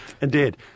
indeed